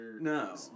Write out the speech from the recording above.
No